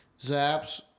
Zaps